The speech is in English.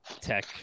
tech